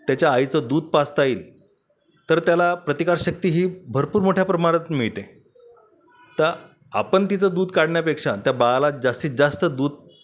त्याच्या आईचं दूध पाजता येईल तर त्याला प्रतिकारशक्ती ही भरपूर मोठ्या प्रमाणात मिळते तर आपण तिचं दूध काढण्यापेक्षा त्या बाळाला जास्तीत जास्त दूध